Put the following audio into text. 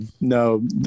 no